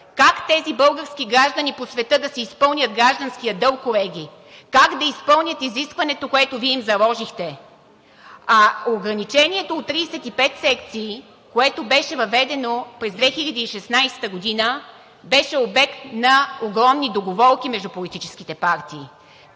Как тези български граждани по света да си изпълнят гражданския дълг, колеги? Как да изпълнят изискването, което Вие им заложихте? Ограничението от 35 секции, което беше въведено през 2016 г., беше обект на огромни договорки между политическите партии.